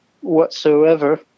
whatsoever